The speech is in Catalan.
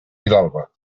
vilalba